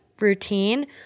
routine